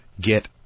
get